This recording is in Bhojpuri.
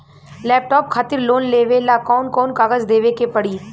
लैपटाप खातिर लोन लेवे ला कौन कौन कागज देवे के पड़ी?